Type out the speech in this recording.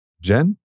Jen